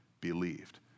believed